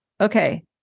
okay